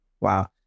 wow